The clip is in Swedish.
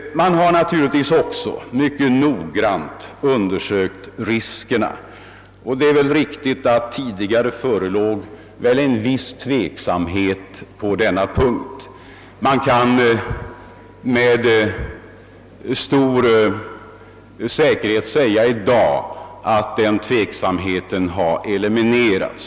Man har naturligtvis också mycket noggrant undersökt hälsoriskerna. Det är riktigt att det tidigare förlåg en viss tveksamhet på denna punkt. Man kan emelltid med stor säkerhet säga att det i dag inte längre råder någon sådan tveksamhet.